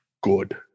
good